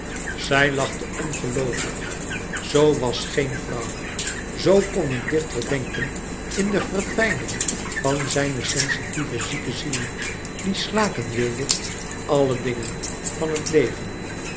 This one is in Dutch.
zij lachte ongeloovig zoo was geen vrouw zoo kon een dichter denken in de verfijning van zijne sensitieve zieke ziel die slaken wilde alle dingen van het leven